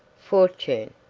fortune,